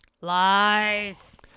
Lies